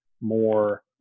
more